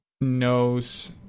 knows